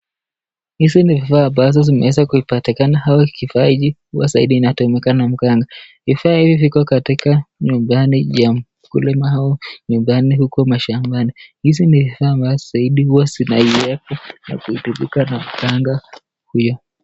Hizi ni vifaa ambazo zimeweza kupatikana au kifaa hiki huwa zaidi inatumika na mganga, Vifaa hivi viko katika nyumbani ya mkulima au nyumbani huko mashambani . Hizi ni vifaa ambazo zaidi huwa zina ekwa na kutumika na mganga huyo .